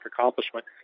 accomplishment